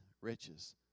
riches